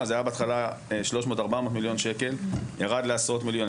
בהתחלה 300 400 מיליון שקל, ירד לעשרות מיליונים.